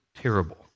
terrible